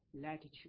latitude